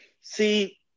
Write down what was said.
See